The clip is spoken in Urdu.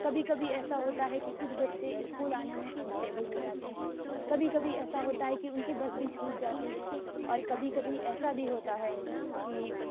کبھی کبھی ایسا ہوتا ہے کہ کچھ بچے اسکول آنے میں ان اسٹیبل ہوجاتے ہیں کبھی کبھی ایسا ہوتا ہے کہ ان کی بس بھی چھوٹ جاتی ہے اور کبھی کبھی ایسا بھی ہوتا ہے کہ